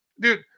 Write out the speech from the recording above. dude